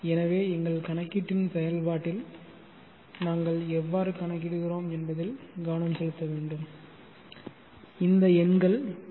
எனவே எங்கள் கணக்கீட்டின் செயல்பாட்டில் நாங்கள் எவ்வாறு கணக்கிடுகிறோம் என்பதில் கவனம் செலுத்த வேண்டும் இந்த எண்கள் எல்